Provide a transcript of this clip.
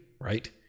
right